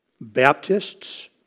Baptists